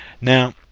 Now